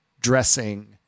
dressing